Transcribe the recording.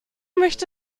möchte